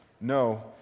No